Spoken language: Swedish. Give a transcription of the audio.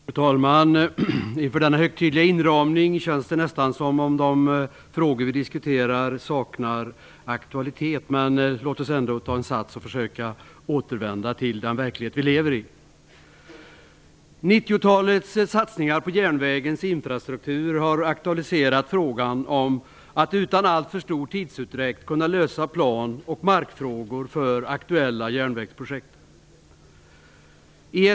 Fru talman! Inför denna högtidliga inramning känns det nästan som att de frågor vi diskuterar saknar aktualitet. Men låt oss ändå försöka att återvända till den verklighet vi lever i. 1990-talets satsningar på järnvägens infrastruktur har aktualiserat frågan om att utan alltför stor tidsutdräkt kunna lösa plan och markfrågor för aktuella järnvägsprojekt.